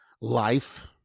life